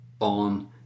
on